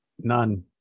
None